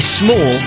small